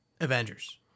avengers